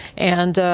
and,